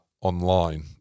online